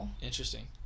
Interesting